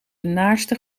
naarstig